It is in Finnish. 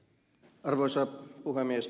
arvoisa puhemies